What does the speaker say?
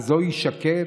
הזוהי שקד?